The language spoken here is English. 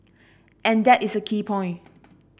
and that is a key point